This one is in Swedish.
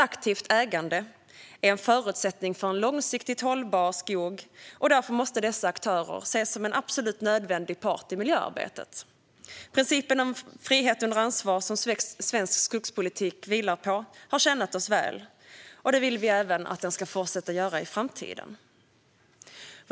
Aktivt ägande är en förutsättning för långsiktigt hållbar skog, och därför måste dessa aktörer ses som en absolut nödvändig part i miljöarbetet. Principen om frihet under ansvar som svensk skogspolitik vilar på har tjänat oss väl. Det vill vi att den ska göra även i framtiden.